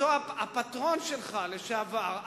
אותו הפטרון שלך לשעבר,